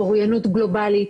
אוריינות גלובלית,